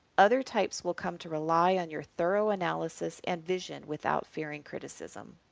other types will come to rely on your thorough analysis and vision without fearing criticism.